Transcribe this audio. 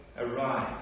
arise